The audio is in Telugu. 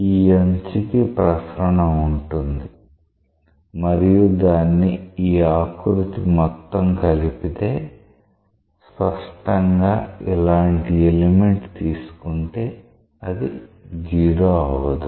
ఈ అంచు కి ప్రసరణ ఉంటుంది మరియు దాన్ని ఈ ఆకృతి మొత్తం కలిపితే స్పష్టంగా ఇలాంటి ఎలిమెంట్ తీసుకుంటే అది 0 అవ్వదు